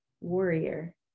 warrior